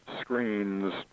screens